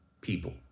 people